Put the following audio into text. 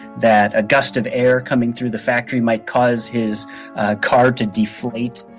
that a gust of air coming through the factory might cause his car to deflate.